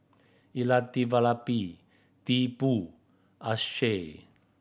Elattuvalapil Tipu Akshay